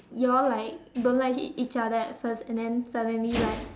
you all like don't like each other and first and then suddenly like